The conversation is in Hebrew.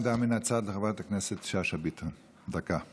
עמדה מן הצד, חברת הכנסת שאשא ביטון, דקה.